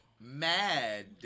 mad